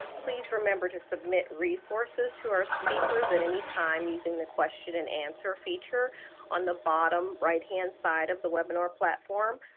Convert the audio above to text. please remember to submit resources to our speakers at any time using the question and answer feature on the bottom right-hand side of the webinar platform.